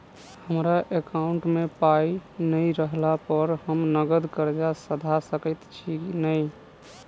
हमरा एकाउंट मे पाई नै रहला पर हम नगद कर्जा सधा सकैत छी नै?